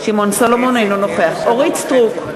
אינו נוכח אורית סטרוק,